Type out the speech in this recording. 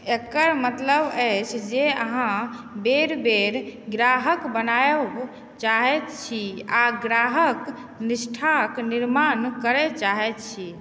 एकर मतलब अछि जे अहाँ बेर बेर ग्राहक बनाबय चाहैत छी आ ग्राहक निष्ठाक निर्माण करय चाहैत छी